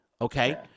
Okay